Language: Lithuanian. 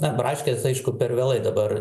na braškės aišku per vėlai dabar